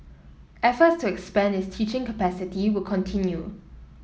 efforts to expand its teaching capacity will continue